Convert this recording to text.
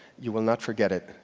you will not forget it.